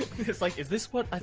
it's like, is this what? i